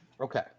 Okay